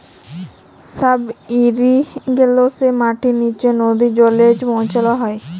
sub ইরিগেশলে মাটির লিচে লদী জলে পৌঁছাল হ্যয়